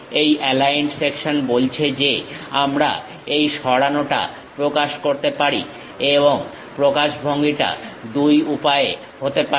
এই aligned section বলছে যে আমরা এই সরানোটা প্রকাশ করতে পারি এবং প্রকাশভঙ্গিটা দুটো উপায়ে হতে পারে